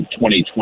2020